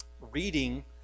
Reading